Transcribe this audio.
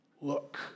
look